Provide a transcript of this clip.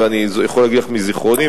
ואני יכול להגיד לך מזיכרוני,